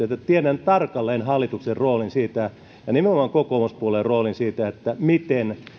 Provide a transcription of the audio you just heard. että tiedän tarkalleen hallituksen roolin siinä ja nimenomaan kokoomuspuolen roolin siinä miten